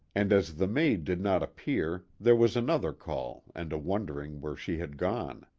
and as the maid did not appear, there was another call and a wondering where she had gone.